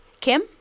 Kim